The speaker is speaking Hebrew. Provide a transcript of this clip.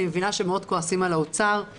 אני מבינה שמאוד כועסים על האוצר.